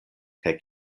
kaj